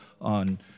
on